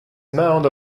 mound